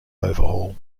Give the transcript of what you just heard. overhaul